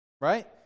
Right